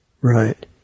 Right